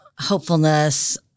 hopefulness